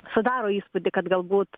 sudaro įspūdį kad galbūt